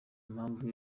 impamvu